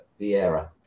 Vieira